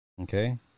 Okay